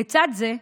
לצד זה,